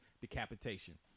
decapitation